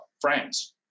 France